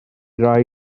rai